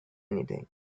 anything